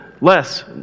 less